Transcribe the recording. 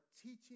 teaching